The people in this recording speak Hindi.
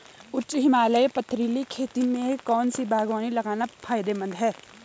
उच्च हिमालयी पथरीली खेती में कौन सी बागवानी लगाना फायदेमंद है?